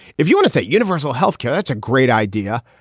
if you wanna say universal health care, that's a great idea.